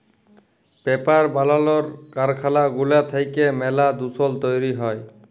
paper বালালর কারখালা গুলা থ্যাইকে ম্যালা দুষল তৈরি হ্যয়